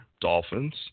Dolphins